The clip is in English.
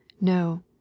no